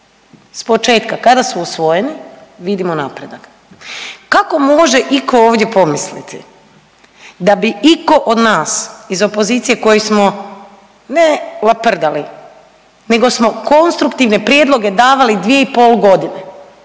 s početka, kada su usvojeni vidimo napredak. Kako može iko ovdje pomisliti da bi iko od nas iz opozicije koji smo ne laprdali nego smo konstruktivne prijedloge davali dvije i pol godine,